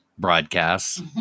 broadcasts